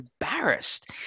embarrassed